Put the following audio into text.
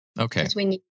Okay